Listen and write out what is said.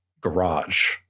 garage